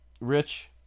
Rich